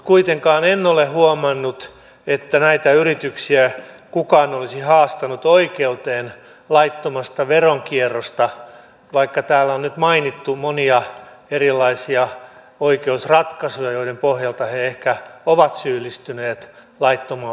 kuitenkaan en ole huomannut että näitä yrityksiä kukaan olisi haastanut oikeuteen laittomasta veronkierrosta vaikka täällä on nyt mainittu monia erilaisia oikeusratkaisuja joiden pohjalta ne ehkä ovat syyllistyneet laittomaan veronkiertoon